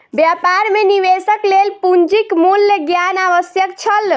व्यापार मे निवेशक लेल पूंजीक मूल्य ज्ञान आवश्यक छल